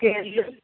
స్కేళ్ళు